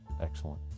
Excellent